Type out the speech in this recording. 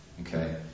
Okay